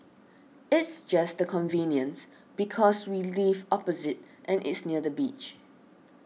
it's just the convenience because we live opposite and it's near the beach